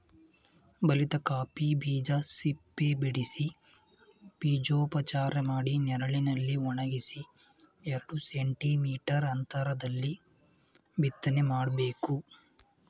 ಬಲಿತ ಕಾಫಿ ಬೀಜ ಸಿಪ್ಪೆಬಿಡಿಸಿ ಬೀಜೋಪಚಾರ ಮಾಡಿ ನೆರಳಲ್ಲಿ ಒಣಗಿಸಿ ಎರಡು ಸೆಂಟಿ ಮೀಟರ್ ಅಂತ್ರದಲ್ಲಿ ಬಿತ್ತನೆ ಮಾಡ್ಬೇಕು